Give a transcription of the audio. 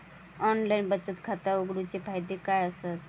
Online बचत खाता उघडूचे फायदे काय आसत?